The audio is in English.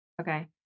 Okay